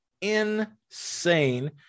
insane